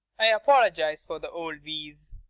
i apologise for the old wheeze.